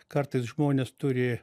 kartais žmonės turi